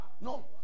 No